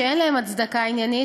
שאין להם הצדקה עניינית,